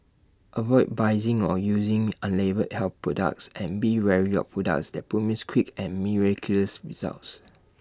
avoid buying or using unlabelled health products and be wary of products that promise quick and miraculous results